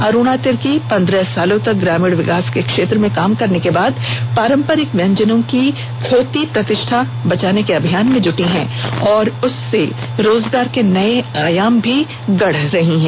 अरुणा तिर्की पंदह सालों तक ग्रामीण विकास के क्षेत्र में काम करने के बाद पारंपरिक व्यंजनों की खोती प्रतिष्ठा को बचाने के अभियान में जुटी है और उससे रोजगार के नए आयाम भी गढ़ रही है